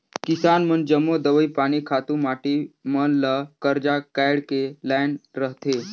किसान मन जम्मो दवई पानी, खातू माटी मन ल करजा काएढ़ के लाएन रहथें